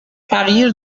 تغییر